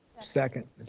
second.